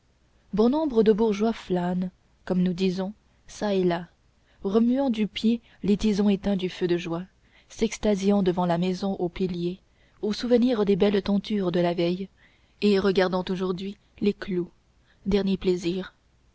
bon nombre de bourgeois flânent comme nous disons çà et là remuant du pied les tisons éteints du feu de joie s'extasiant devant la maison aux piliers au souvenir des belles tentures de la veille et regardant aujourd'hui les clous dernier plaisir